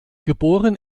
geboren